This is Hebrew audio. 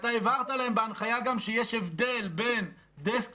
אתה הבהרת להם בהנחיה גם שיש הבדל בין desk top,